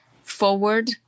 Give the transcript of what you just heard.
forward